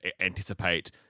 anticipate